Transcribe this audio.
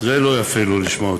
זה לא יפה לא לשמוע אותי.